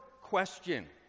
question